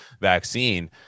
vaccine